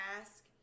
ask